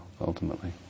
ultimately